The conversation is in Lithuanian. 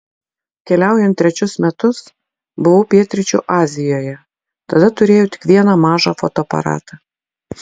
keliaujant trečius metus buvau pietryčių azijoje tada turėjau tik vieną mažą fotoaparatą